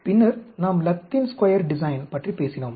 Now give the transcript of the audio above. பின்னர் நாம் Latin square design பற்றி பேசினோம்